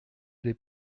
des